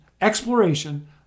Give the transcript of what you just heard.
exploration